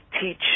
teach